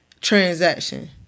transaction